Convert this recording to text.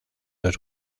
dos